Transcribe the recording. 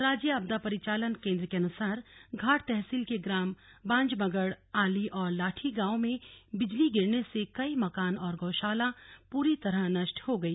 राज्य आपदा परिचालन केंद्र के अनुसार घाट तहसील के ग्राम बाज बगड़ आली और लाठी गांव में बिजली गिरने से कई मकान और गौशाला पूरी तरह नष्ट हो गई